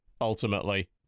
ultimately